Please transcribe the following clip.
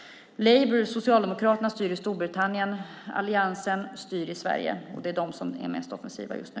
Labour, socialdemokraterna, styr i Storbritannien, Alliansen styr i Sverige, och det är vi som är mest offensiva just nu.